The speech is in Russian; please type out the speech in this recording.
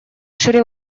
шри